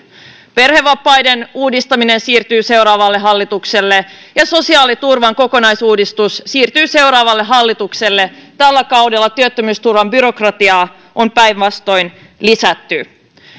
perhevapaiden uudistaminen siirtyy seuraavalle hallitukselle ja sosiaaliturvan kokonaisuudistus siirtyy seuraavalle hallitukselle tällä kaudella työttömyysturvan byrokratiaa on päinvastoin lisätty